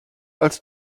als